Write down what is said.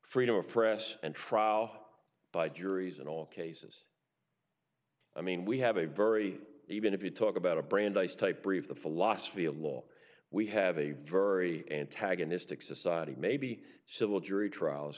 freedom of press and trial by juries in all cases i mean we have a very even if you talk about a brandeis type brief the philosophy of law we have a very antagonistic society maybe civil jury trials